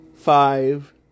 five